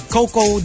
Coco